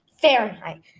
Fahrenheit